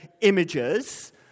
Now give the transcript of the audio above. images